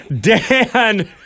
Dan